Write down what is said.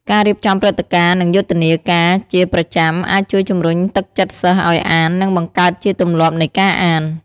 ការរៀបចំព្រឹត្តិការណ៍ និងយុទ្ធនាការជាប្រចាំ អាចជួយជំរុញទឹកចិត្តសិស្សឱ្យអាន និងបង្កើតជាទម្លាប់នៃការអាន។